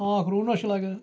ہاکھ رُونَس چھُ لَگان